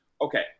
Okay